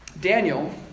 Daniel